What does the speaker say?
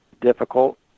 difficult